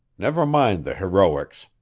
never mind the heroics.